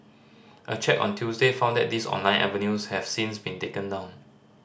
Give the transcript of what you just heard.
a check on Tuesday found that these online avenues have since been taken down